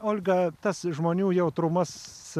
olga tas žmonių jautrumas